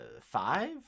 Five